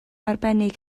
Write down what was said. arbennig